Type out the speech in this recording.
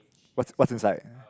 what's what's inside